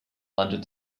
london